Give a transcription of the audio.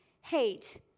hate